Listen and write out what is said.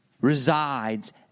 resides